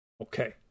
Okay